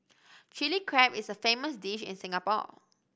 Chilli Crab is a famous dish in Singapore